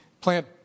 plant